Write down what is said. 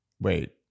Wait